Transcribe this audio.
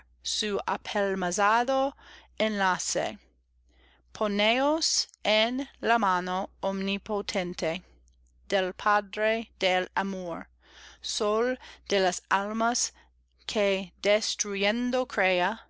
apelmazado enlace poneos en la mano omnipotente del padre del amor sol de las almas que destruyendo crea